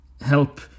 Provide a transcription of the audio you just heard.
help